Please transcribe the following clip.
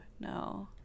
no